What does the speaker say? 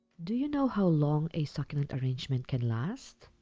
do you know how long a succulent arrangement can last?